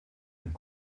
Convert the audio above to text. and